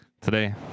Today